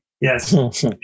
Yes